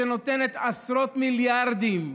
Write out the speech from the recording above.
שנותנת עשרות מיליארדים,